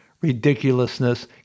ridiculousness